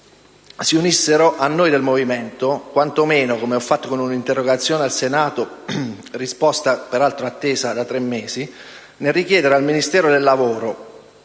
si unissero a noi del Movimento, quantomeno - come ho fatto con una interrogazione al Senato, la cui risposta peraltro attendo da tre mesi - nel richiedere al Ministero del lavoro